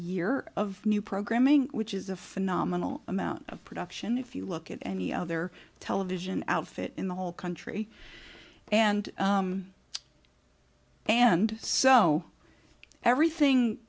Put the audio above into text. year of new programming which is a phenomenal amount of production if you look at any other television outfit in the whole country and and so everything